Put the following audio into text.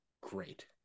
great